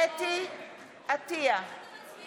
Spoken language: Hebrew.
איפה שמעת דבר כזה?